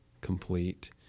complete